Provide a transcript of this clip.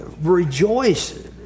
rejoice